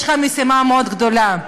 יש לך משימה מאוד גדולה.